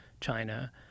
China